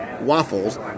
waffles